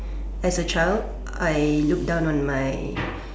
as a child I look down on my